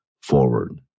forward